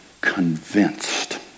convinced